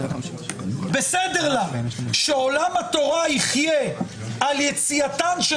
בסדר לה שעולם התורה יחיה בזכות יציאתן של